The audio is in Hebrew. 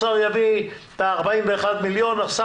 האוצר יביא 41 מיליון שקל.